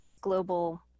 global